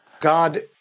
God